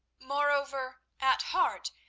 moreover, at heart,